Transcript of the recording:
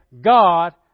God